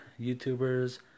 YouTubers